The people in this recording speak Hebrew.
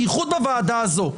בייחוד בוועדה הזאת,